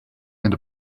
and